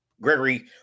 Gregory